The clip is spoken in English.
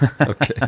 Okay